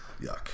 yuck